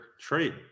trade